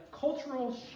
cultural